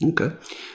okay